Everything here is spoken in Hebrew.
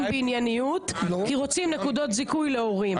בענייניות כי רוצים נקודות זיכוי להורים,